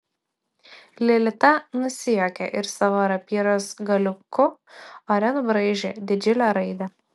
lilita nusijuokė ir savo rapyros galiuku ore nubraižė didžiulę raidę